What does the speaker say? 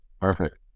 Perfect